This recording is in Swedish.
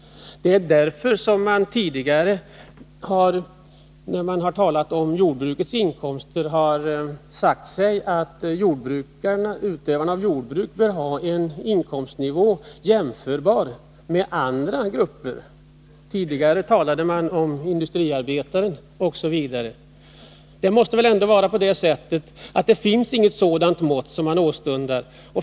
Det är därför som man tidigare när man talat om jordbrukets inkomster har sagt att utövarna av jordbruk bör ha en inkomstnivå jämförbar med andra gruppers. Tidigare talade man om industriarbetare osv. Det måste väl ändå vara på det sättet att det inte finns något sådant mått.